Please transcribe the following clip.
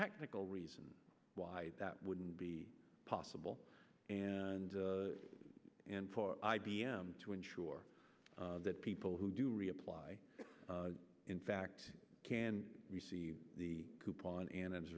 technical reasons why that wouldn't be possible and and for i b m to ensure that people who do reapply in fact can receive the coupon and as